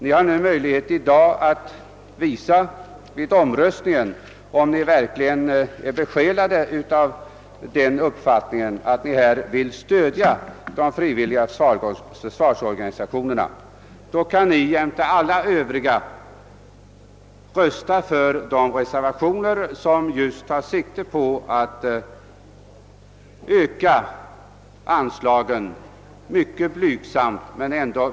Ni har möjlighet i dag vid omröstningen att visa, om ni verkligen vill stödja de frivilliga försvarsorganisationerna genom att jämte alla övriga rösta för de reservationer som tar sikte på att öka anslagen — visserligen mycket blygsamt men ändå.